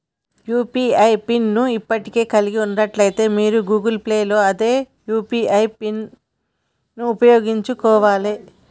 UPI pin ను ఇప్పటికే కలిగి ఉన్నట్లయితే మీరు గూగుల్ పే లో అదే యూ.పీ.ఐ పిన్ను ఉపయోగించుకోవాలే